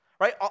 Right